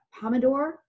Pomodoro